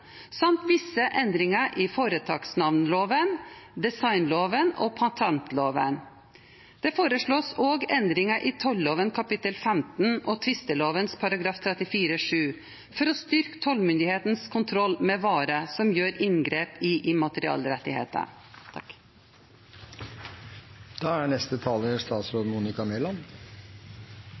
samt visse endringer i foretaksnavneloven, designloven og patentloven. Det foreslås også endringer i tolloven kapittel 15 og tvisteloven § 34-7 for å styrke tollmyndighetenes kontroll med varer som gjør inngrep i immaterialrettigheter. Varemerker er